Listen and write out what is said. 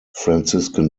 franciscan